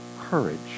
courage